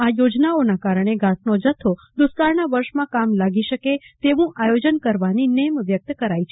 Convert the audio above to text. આ યોજનાઓના કારણે ધાસનો જથ્થો દુષ્કાળના વર્ષમાં કામ લાગી શકે તેવુ આયોજન કરવાની નેમ વ્યક્ત કરાઈ હતી